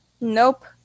Nope